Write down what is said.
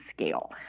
scale